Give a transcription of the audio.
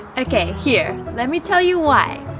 okay, here, let me tell you why!